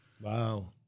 Wow